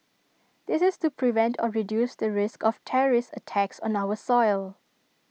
this is to prevent or reduce the risk of terrorist attacks on our soil